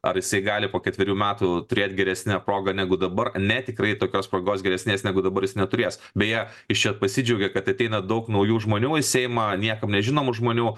ar jisai gali po ketverių metų turėt geresnę progą negu dabar ne tikrai tokios progos geresnės negu dabar jis neturės beje jis čia pasidžiaugė kad ateina daug naujų žmonių į seimą niekam nežinomų žmonių